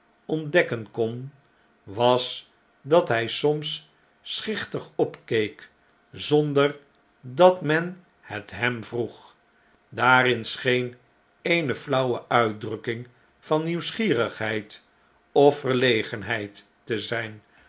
ontdekken kon was dat hjj soms schichtig opkeek zonder dat men het hem vroeg daarin scheen eene flauwe uitdrukking van nieuwsgierigheid of verlegenheid te zijn